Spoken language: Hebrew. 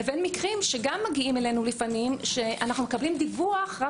לבין מקרים שגם מגיעים אלינו לפעמים שאנחנו מקבלים דיווח רק